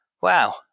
wow